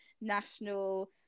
national